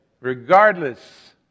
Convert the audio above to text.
regardless